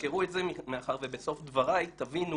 תזכרו את זה מאחר ובסוף דבריי תבינו